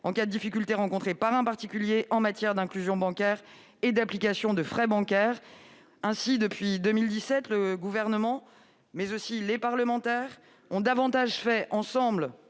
en cas de difficultés rencontrées par un particulier en matière d'inclusion bancaire et d'application de frais bancaires. Ainsi, depuis 2017, le Gouvernement, avec le concours des parlementaires, a fait davantage pour réduire